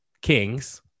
kings